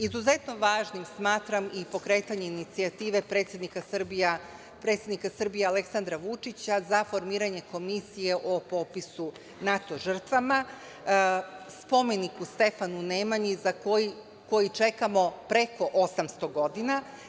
Izuzetno važnim smatram i pokretanje inicijative predsednika Srbije Aleksandra Vučića za formiranje Komisije o popisu NATO žrtava, spomenik Stefanu Nemanji, koji čekamo preko 800 godina.